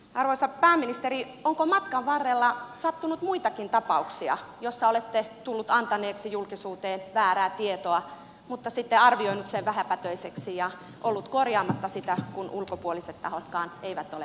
arvoisa pääministeri onko matkan varrella sattunut muitakin tapauksia joissa olette tullut antaneeksi julkisuuteen väärää tietoa mutta sitten arvioinut sen vähäpätöiseksi ja ollut korjaamatta sitä kun ulkopuoliset tahotkaan eivät ole asiaan tarttuneet